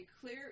clear